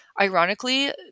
Ironically